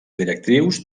directrius